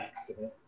accident